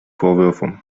vorwürfe